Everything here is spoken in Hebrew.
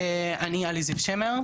אני יהלי זיו שמר.